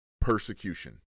persecution